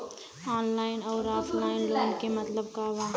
Online अउर offline loan क मतलब का बा?